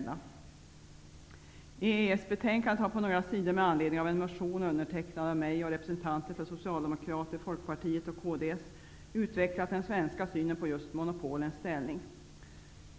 På några sidor i EES-betänkandet har man med anledning av en motion undertecknad av mig och representanter för Socialdemokraterna, Folkpartiet och Kds utvecklat den svenska synen på just monopolens ställning.